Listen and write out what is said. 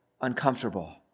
uncomfortable